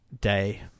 day